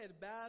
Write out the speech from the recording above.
Bad